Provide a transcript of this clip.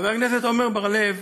חבר הכנסת עמר בר-לב